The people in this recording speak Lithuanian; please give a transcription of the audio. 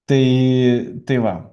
tai tai va